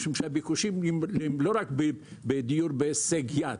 משום שהביקושים הם לא רק בדיור בהישג יד,